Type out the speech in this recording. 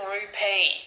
Rupee